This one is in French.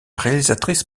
réalisatrice